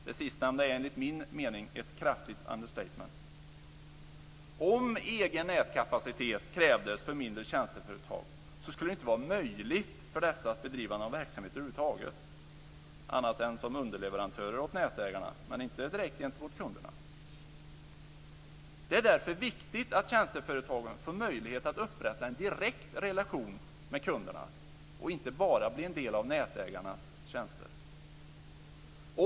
Det sistnämnda är enligt min mening ett kraftigt understatement. Om egen nätkapacitet skulle krävas för mindre tjänsteföretag skulle det ju inte vara möjligt för dessa att bedriva någon verksamhet över huvud taget, annat än som underleverantörer åt nätägarna, inte direkt gentemot kunderna. Det är därför viktigt att tjänsteföretagen får möjlighet att upprätta en direkt relation med kunderna och inte bara bli en del av nätägarnas tjänster.